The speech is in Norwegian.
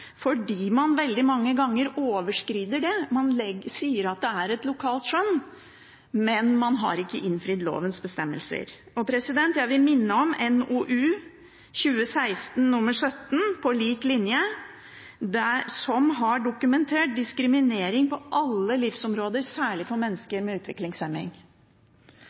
fordi man veldig mange ganger overskrider det; man sier at det er et lokalt skjønn, men man har ikke innfridd lovens bestemmelser. Jeg vil minne om NOU 2016:17, På lik linje, som har dokumentert diskriminering på alle livsområder, særlig for mennesker med